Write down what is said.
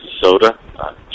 Soda